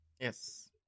yes